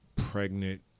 pregnant